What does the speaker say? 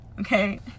Okay